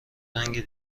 رنگ